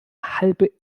halbe